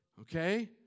okay